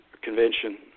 Convention